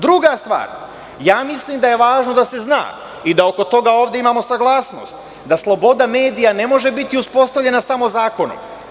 Druga stvar, ja mislim da je važno da se zna i da oko toga ovde imamo saglasnost, da sloboda medija ne može biti uspostavljena samo zakonom.